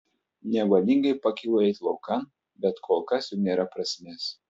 nevalingai pakylu eiti laukan bet kol kas juk nėra prasmės